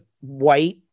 white